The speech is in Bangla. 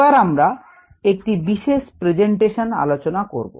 এবার আমরা একটি বিশেষ presentation আলোচনা করব